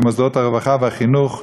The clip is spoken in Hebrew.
במוסדות הרווחה והחינוך,